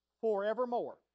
forevermore